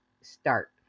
start